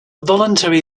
voluntary